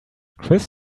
chris